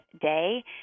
day